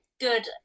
good